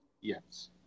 Yes